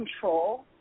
control